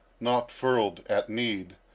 not furled, at need,